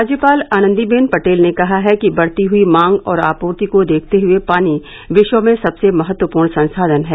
राज्यपाल आनन्दीबेन पटेल ने कहा है कि बढ़ती हुई मांग और आपूर्ति को देखते हुए पानी विश्व में सबसे महत्वपूर्ण संसाधन है